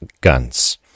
guns